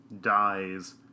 dies